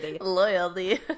Loyalty